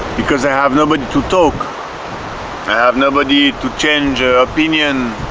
because i have nobody to talk i have nobody to change opinion